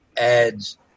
adds